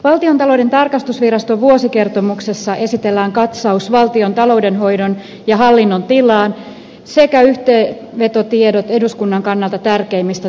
valtiontalouden tarkastusviraston vuosikertomuksessa esitetään katsaus valtion taloudenhoidon ja hallinnon tilaan sekä yhteenvetotiedot eduskunnan kannalta tärkeimmistä tarkastushavainnoista